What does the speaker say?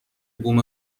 بوم